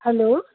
hello